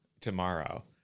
tomorrow